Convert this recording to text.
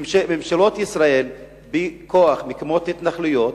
ממשלות ישראל בכוח מקימות התנחלויות,